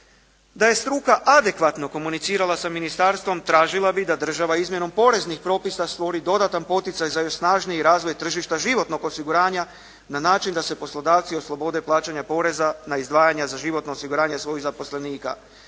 Da je struka adekvatno komunicirala sa ministarstvom tražila bi da država izmjenom poreznih propisa stvori dodatan poticaj za još snažniji razvoj tržišta životnog osiguranja na način da se poslodavci oslobode plaćanja poreza na izdvajanja za životno osiguranje svojih zaposlenika.